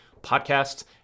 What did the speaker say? podcasts